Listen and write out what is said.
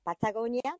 patagonia